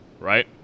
right